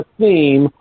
theme